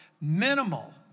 minimal